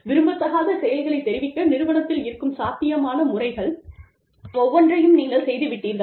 விரும்பத்தகாத செயல்களை தெரிவிக்க நிறுவனத்தில் இருக்கும் சாத்தியமான முறைகள் ஒவ்வொன்றையும் நீங்கள் செய்து விட்டீர்கள்